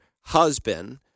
husband